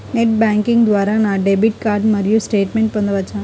Net banking ద్వారా నా debit card యొక్క స్టేట్మెంట్ పొందవచ్చా?